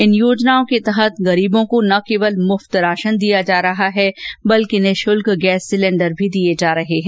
इन योजनाओं के तहत गरीबों को न केवल मुफ़त राशन दिया जा रहा है बल्कि निशुल्क गैस सिलेंडर भी दिए जा रहे हैं